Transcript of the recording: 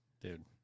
Dude